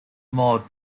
more